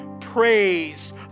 Praise